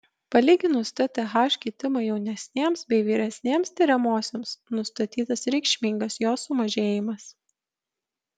palyginus tth kitimą jaunesnėms bei vyresnėms tiriamosioms nustatytas reikšmingas jo sumažėjimas